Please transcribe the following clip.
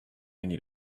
need